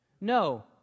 No